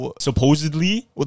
Supposedly